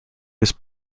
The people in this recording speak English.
was